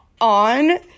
on